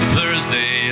Thursday